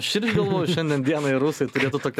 aš irgi galvoju šiandien dienai rusai turėtų tokią